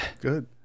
Good